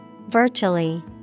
Virtually